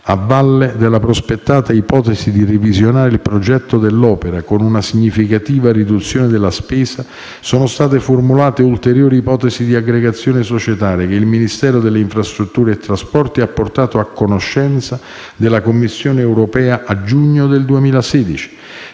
A valle della prospettata ipotesi di revisionare il progetto dell'opera con una significativa riduzione della spesa, sono state formulate ulteriori ipotesi di aggregazione societaria che il Ministero delle infrastrutture e dei trasporti ha portato a conoscenza della Commissione europea a giugno 2016.